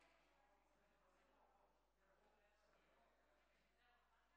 חברות וחברי הכנסת,